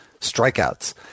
strikeouts